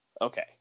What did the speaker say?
okay